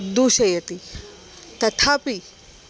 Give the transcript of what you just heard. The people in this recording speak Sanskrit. दूषयति तथापि